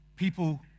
People